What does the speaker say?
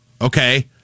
Okay